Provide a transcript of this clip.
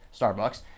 Starbucks